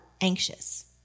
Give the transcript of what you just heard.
anxious